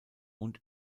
und